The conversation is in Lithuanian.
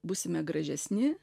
būsime gražesni